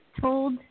told